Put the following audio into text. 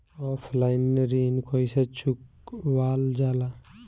Offline ऋण कइसे चुकवाल जाला?